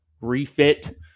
refit